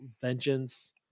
vengeance